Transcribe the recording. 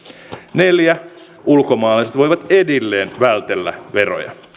neljä ulkomaalaiset voivat edelleen vältellä veroja